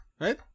Right